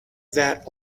that